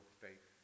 faith